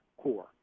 Core